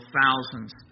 thousands